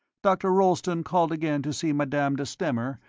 dr. rolleston called again to see madame de stamer,